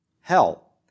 hell